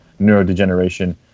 neurodegeneration